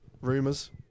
rumors